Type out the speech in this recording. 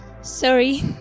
Sorry